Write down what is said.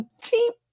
Cheap